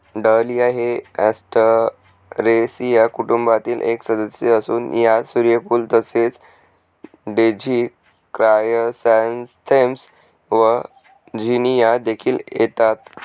dahlia हे Asteraceae कुटुंबातील एक सदस्य असून यात सूर्यफूल तसेच डेझी क्रायसॅन्थेमम्स व झिनिया देखील येतात